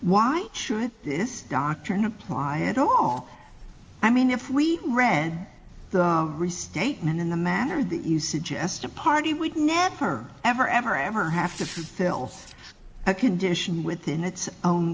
why should this doctrine apply at all i mean if we ran the restatement in the manner that you suggest a party would never ever ever ever have to sell a condition within its own